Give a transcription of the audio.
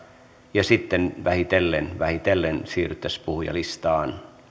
ja sitten vähitellen vähitellen siirryttäisiin puhujalistaan